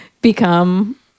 become